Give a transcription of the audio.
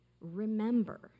remember